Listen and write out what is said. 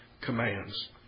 commands